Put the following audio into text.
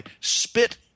spit